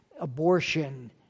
abortion